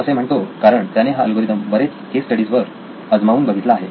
तो असे म्हणतो कारण त्याने हा अल्गोरिदम बरेच केस स्टडीज वर आजमावून बघितलेला आहे